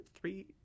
three